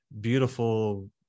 beautiful